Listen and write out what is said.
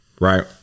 right